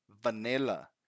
vanilla